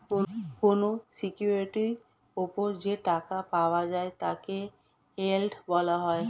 কোন সিকিউরিটির উপর যে টাকা পাওয়া যায় তাকে ইয়েল্ড বলা হয়